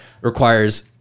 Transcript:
requires